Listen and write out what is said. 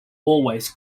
always